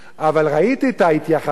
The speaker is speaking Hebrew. אבל ראיתי את ההתייחסות.